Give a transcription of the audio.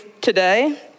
today